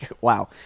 Wow